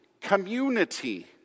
community